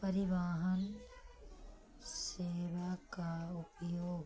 परिवहन सेवा का उपयोग